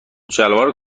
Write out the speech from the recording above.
شلوار